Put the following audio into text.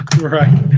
right